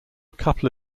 couple